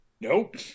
Nope